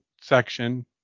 section